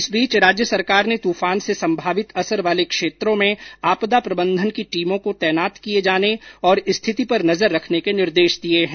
इस बीच राज्य सरकार ने तूफान से संभावित असर वाले क्षेत्रों में आपदा प्रबंधन की टीमों को तैनात किये जाने और स्थिति पर नजर रखने के निर्देश दिये हैं